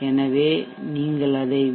எனவே நீங்கள் அதை வி